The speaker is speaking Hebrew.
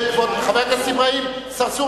חבר הכנסת אברהים צרצור,